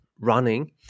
running